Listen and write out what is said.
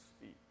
feet